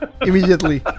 Immediately